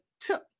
tip